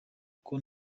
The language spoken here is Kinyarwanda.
kuko